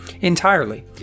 entirely